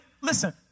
listen